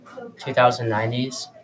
2090s